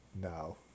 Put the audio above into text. no